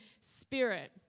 spirit